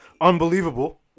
Unbelievable